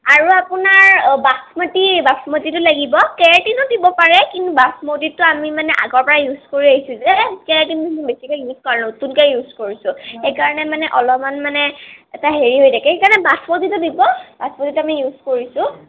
আৰু আপোনাৰ বাচমতি বাচমতিটো লাগিব কে আৰ টিতো দিব পাৰে কিন্তু বাচমতিটো আমি মানে আগৰ পৰা ইউচ কৰি আহিছোঁ যে কে আৰ টিনটো বেছিকে ইউজ কৰা নাই নতুনকৈ ইউচ কৰিছোঁ সেইকাৰণে মানে অলপমান মানে এটা হেৰি হৈ থাকে সেইকাৰণে বাচমতিটো দিব বাচমতিটো আমি ইউচ কৰিছোঁ